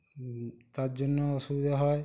তার জন্যেও অসুবিধা হয়